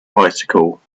bicycle